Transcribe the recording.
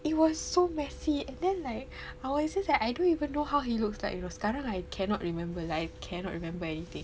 it was so messy and then like I was just like I don't even know how he looks like you know sekarang I cannot remember like I cannot remember anything